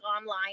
online